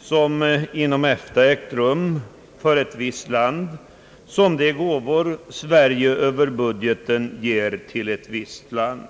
som inom EFTA ägt rum för ett visst land samt på de gåvor Sverige över budgeten ger till ett visst land.